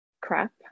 crap